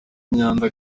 myanda